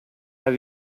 have